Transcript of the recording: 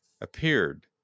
appeared